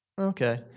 Okay